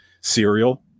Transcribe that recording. cereal